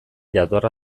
jatorra